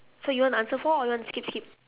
so you want the answer four or you want to skip skip